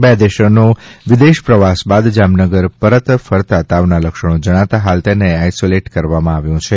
બે દેશોનો વિદેશ પ્રવાસ બાદ જામનગર પરત ફરતા તાવના લક્ષણો જણાતા હાલ તેને આઇસોલેટડ કરાથો છે